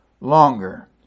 longer